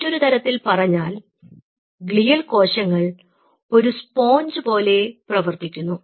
മറ്റൊരു തരത്തിൽ പറഞ്ഞാൽ ഗ്ലിയൽ കോശങ്ങൾ ഒരു സ്പോഞ്ച് പോലെ പ്രവർത്തിക്കുന്നു